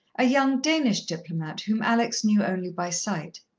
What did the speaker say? a young danish diplomat whom alex knew only by sight.